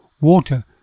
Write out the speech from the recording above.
water